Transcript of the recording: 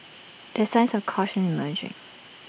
there signs of caution emerging